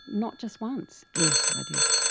not just once. yes, i did,